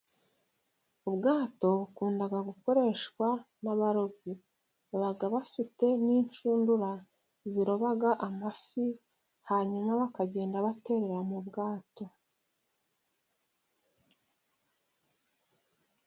Ubwato bukunda gukoreshwa n'abarobyi. Baba bafite n'inshundura ziroba amafi，hanyuma bakagenda baterera mu bwato.